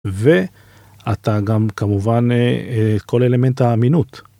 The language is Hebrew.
ואתה גם כמובן כל אלמנט האמינות.